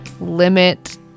limit